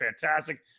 fantastic